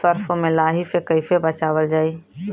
सरसो में लाही से कईसे बचावल जाई?